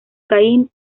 caín